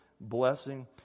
blessing